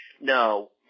No